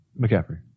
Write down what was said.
McCaffrey